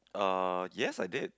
uh yes I did